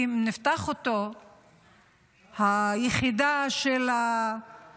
כי אם נפתח אותו היחידה של מג"ב